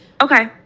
Okay